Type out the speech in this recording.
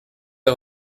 est